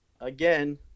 again